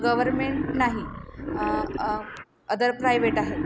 government नाही other private आहेत